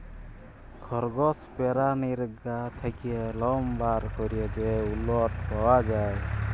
খরগস পেরানীর গা থ্যাকে লম বার ক্যরে যে উলট পাওয়া যায়